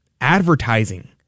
advertising